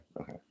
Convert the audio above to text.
Okay